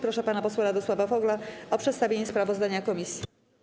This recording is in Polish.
Proszę pana posła Radosława Fogla o przedstawienie sprawozdania komisji.